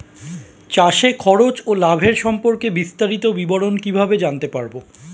চাষে খরচ ও লাভের সম্পর্কে বিস্তারিত বিবরণ কিভাবে জানতে পারব?